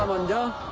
um and